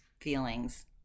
feelings